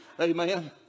Amen